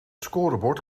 scorebord